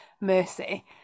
mercy